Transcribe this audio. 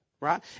right